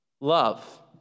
Love